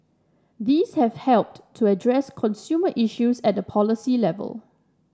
these have helped to address consumer issues at policy level